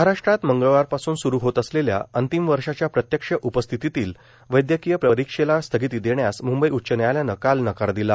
महाराष्ट्रात मंगळवारपासून सुरू होत असलेल्या अंतिम वर्षाच्या प्रत्यक्ष उपस्थितीतील वैदयकीय परीक्षेला स्थगिती देण्यास मंंबई उच्च न्यायालयानं काल नकार दिला